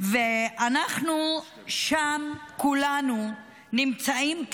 ואנחנו שם כולנו נמצאים,